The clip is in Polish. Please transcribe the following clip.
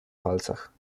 palcach